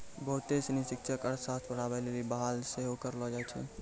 बहुते सिनी शिक्षक अर्थशास्त्र पढ़ाबै लेली बहाल सेहो करलो जाय छै